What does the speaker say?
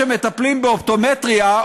כשמטפלים באופטומטריה,